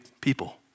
people